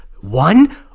one